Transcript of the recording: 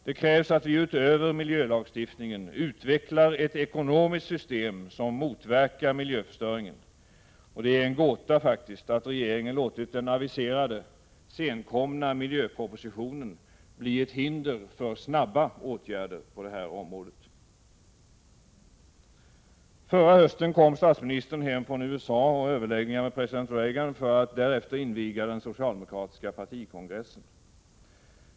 Det är nödvändigt att utöver miljölagstiftningen utveckla ett ekonomiskt system som motverkar miljöförstöringen. Det är en gåta att regeringen låtit den aviserade, senkomna miljöpropositionen bli ett hinder för snabba åtgärder på detta område. Förra hösten kom statsministern hem från USA och överläggningar med president Reagan, för att därefter inviga den socialdemokratiska partikongressen.